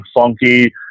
funky